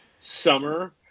summer